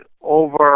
Over